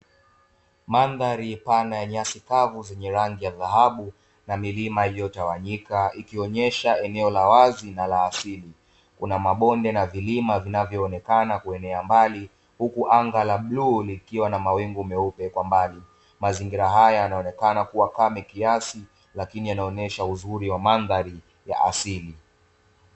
mandhari pana ya nyasi kavu zenye rangi ya dhahabu na milima iliyotawanyika, ikionyesha eneo la wazi na la asili kuna mabonde na vilima vinayoonekana kuenea mbali, huku anga la bluu likiwa na mawingu meupe kwa mbali, mazingira haya yanaonekana kuwa kame kiasi, lakini yanaonesha uzuri wa mandhari ya asili.